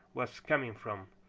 was coming from.